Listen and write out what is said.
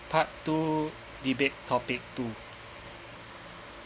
part two debate topic two